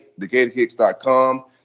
thegatorkicks.com